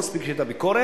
גם אני הייתי בביקורת